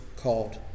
called